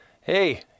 hey